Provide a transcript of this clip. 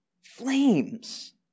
flames